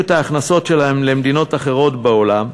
את ההכנסות שלהן למדינות אחרות בעולם,